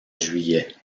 juillet